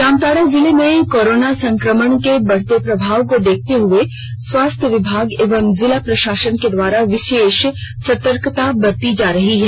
जामताड़ा जिले में कोरोना संक्रमण के बढ़ते प्रभाव को देखते हुए स्वास्थ्य विभाग एवं जिला प्रशासन के द्वारा विशेष सतर्कता बरती जा रही है